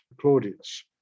Claudius